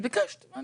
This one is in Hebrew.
אז ביקשת.